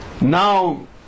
Now